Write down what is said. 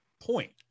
point